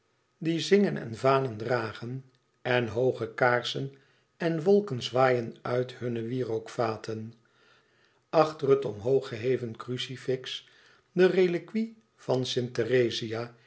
die zingen en vanen dragen en hooge kaarsen en wolken zwaaien uit hunne wierookvaten achter het omhoog geheven crucifix de reliquie van st